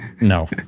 No